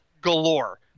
galore